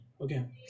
Okay